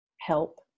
help